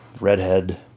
redhead